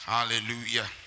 Hallelujah